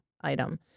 item